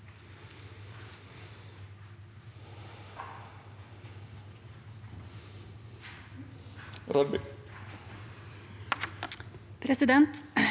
Presidenten